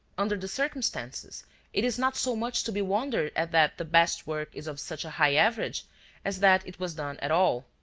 under the circumstances it is not so much to be wondered at that the best work is of such a high average as that it was done at all.